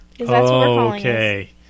okay